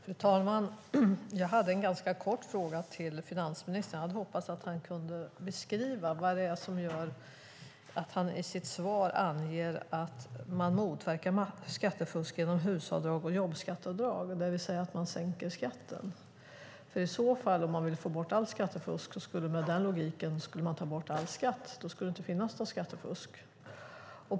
Fru talman! Jag hade en ganska kort fråga till finansministern. Jag hade hoppats att han hade kunnat beskriva vad det är som gör att han i sitt svar anger att man motverkar skattefusk genom HUS-avdrag och jobbskatteavdrag, det vill säga att man sänker skatten. Om man vill få bort allt skattefusk skulle man med den logiken ta bort all skatt. Då skulle det inte finnas något skattefusk.